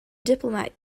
diplomat